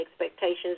expectations